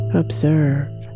observe